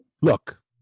Look